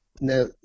now